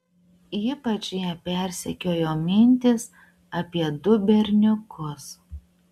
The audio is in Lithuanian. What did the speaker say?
ypač ją persekiojo mintys apie du berniukus